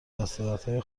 دستاوردهای